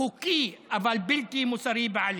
חוקי אבל בלתי מוסרי בעליל.